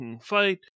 fight